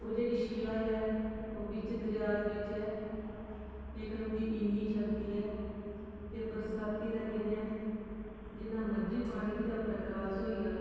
ओह् जेह्ड़ी शिला ऐ ओह् बिच्च दरेआ दे बिच्च ऐ लेकन ओह्दी इ'न्नी शक्ति ऐ कि बरसाती दे दिनें जिन्ना मर्जी पानी उ'दे उप्परा क्रास होई जा